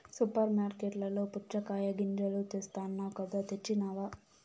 super మార్కట్లలో పుచ్చగాయ గింజలు తెస్తానన్నావ్ కదా తెచ్చినావ